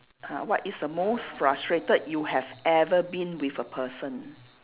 ah what is the most frustrated you have ever been with a person